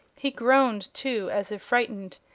he groaned, too, as if frightened,